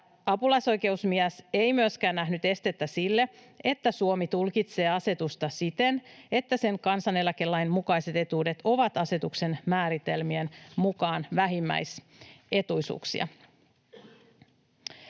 Apulaisoikeusasiamies ei myöskään nähnyt estettä sille, että Suomi tulkitsee asetusta siten, että sen kansaneläkelain mukaiset etuudet ovat asetuksen määritelmien mukaan vähimmäisetuisuuksia.